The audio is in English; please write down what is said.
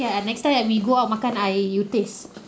ya ah next time when we go out makan ah you taste